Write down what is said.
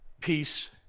peace